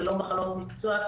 ולא מחלות מקצוע.